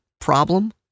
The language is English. problem